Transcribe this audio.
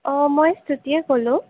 অঁ মই শ্ৰুতিয়ে ক'লো